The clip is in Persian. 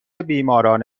بیماران